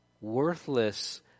worthless